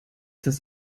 das